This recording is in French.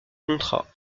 contrats